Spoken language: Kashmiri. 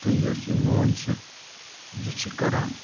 تہٕ یُس یہِ مون چھِ یہِ چھِ کَران